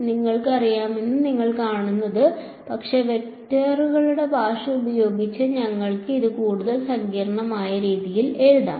interface അതിനാൽ ഇത് tan ആണ് അതിനാൽ ഇവിടെ എഴുതിയിരിക്കുന്നത് ഇത് കൃത്യമായി ടാൻജെൻഷ്യൽ ഫീൽഡുകളാണ് വലതുവശത്ത് അവശേഷിക്കുന്നത് ഇതാണ്